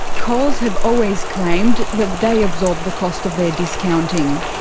coles have always claimed that they absorb the cost of their discounting.